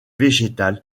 végétales